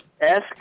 Ask